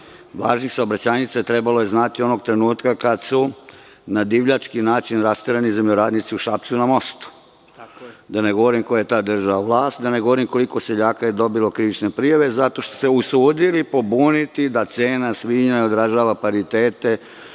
važnih saobraćajnica trebalo znati onog trenutka kada su na divljački način rasterani zemljoradnici u Šapcu na mostu. Da ne govorim ko je tada držao vlast, da ne govorim koliko seljaka je dobilo krivične prijave zato što su se usudili pobuniti da cena svinja nadražava paritete